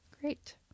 Great